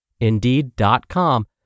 Indeed.com